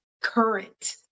current